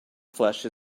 flesh